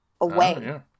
away